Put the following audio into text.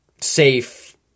Safe